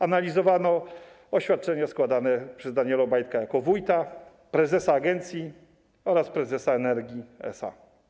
Analizowano oświadczenia składane przez Daniela Obajtka jako wójta, prezesa agencji oraz prezesa Energii SA.